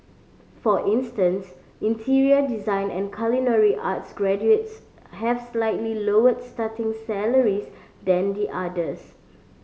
for instance interior design and culinary arts graduates have slightly lower starting salaries than the others